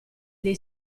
dei